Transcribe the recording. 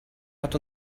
hat